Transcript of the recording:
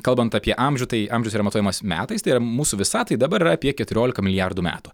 kalbant apie amžių tai amžius yra matuojamas metais tai yra mūsų visatai dabar apie keturiolika milijardų metų